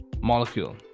molecule